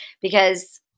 because-